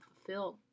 fulfilled